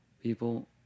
people